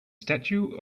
statue